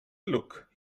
look